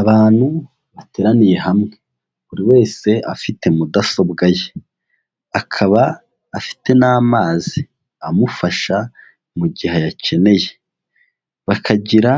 Abantu bateraniye hamwe buri wese afite mudasobwa ye, akaba afite n'amazi amufasha mu gihe ayakeneye, bakagira